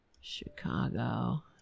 Chicago